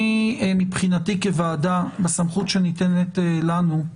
אני מבחינתי כוועדה, בסמכות שניתנת לנו,